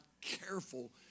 careful